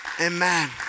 Amen